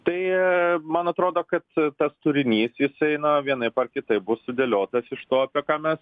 tai man atrodo kad tas turinys jisai na vienaip ar kitaip bus sudėliotas iš to apie ką mes